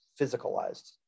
physicalized